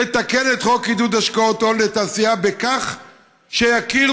לתקן את חוק עידוד השקעות הון לתעשייה כך שיכירו,